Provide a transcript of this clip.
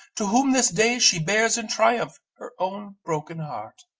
to whom this day she bears in triumph. her own broken heart.